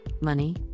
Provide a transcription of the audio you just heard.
money